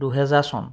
দুহেজাৰ চন